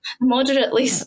Moderately